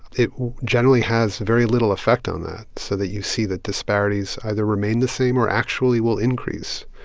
it generally has very little effect on that so that you see that disparities either remain the same or actually will increase.